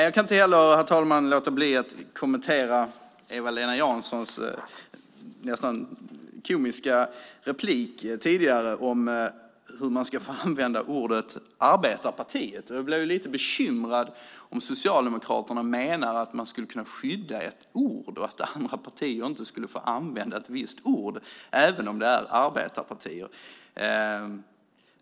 Jag kan inte heller låta bli att kommentera Eva-Lena Janssons nästan komiska replik tidigare om hur man ska få använda ordet "arbetarpar-tiet". Jag blev lite bekymrad över om Socialdemokraterna menar att man skulle kunna skydda ett ord och att andra partier inte skulle få använda ett visst ord även om de är arbetarpartier.